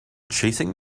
chasing